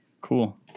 Cool